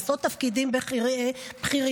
לעשות תפקידים בכירים.